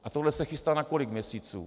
A tohle se chystá na kolik měsíců?